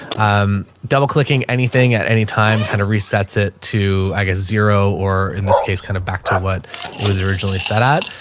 um, double clicking anything at any time kind of resets it to i get a zero or in this case, kind of back to what it was originally set at.